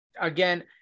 Again